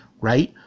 right